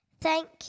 Thank